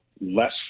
less